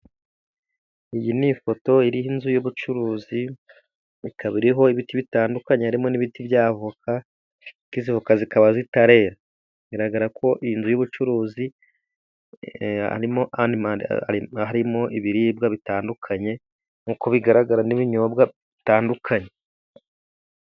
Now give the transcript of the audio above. Iyi ni ifoto iriho inzu y'ubucuruzi ikaba iriho ibiti bitandukanye harimo n'ibiti bya voka, ariko izi voka zikaba zitare. Biragaragara ko iyi nzu y'ubucuruzi harimo ibiribwa bitandukanye nkuko bigaragara, n'ibinyobwa bitandukanye.